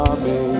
Amen